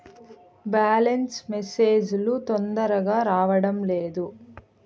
Balance message లు తొందరగా రావడం లేదు?